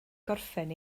gorffen